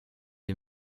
est